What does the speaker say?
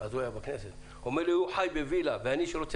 הוא היה אז בכנסת הוא חי בווילה, אני חי